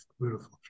beautiful